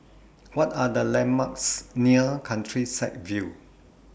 What Are The landmarks near Countryside View